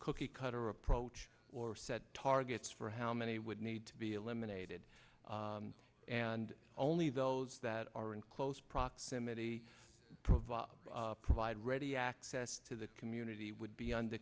cookie cutter approach or set targets for how many would need to be eliminated and only those that are in close proximity to provide provide ready access to the community would be under